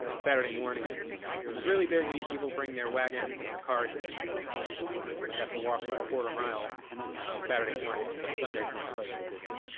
ah saturday morning is is really busy. people bring their wagons and their carts. and yeah you might have to walk about a quarter mile on saturday morning, but sunday is not quite so busy.